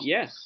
Yes